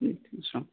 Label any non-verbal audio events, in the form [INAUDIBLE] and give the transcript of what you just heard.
[UNINTELLIGIBLE] سلام